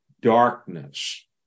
darkness